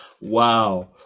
wow